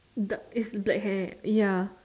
dark is black hair ya